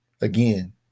Again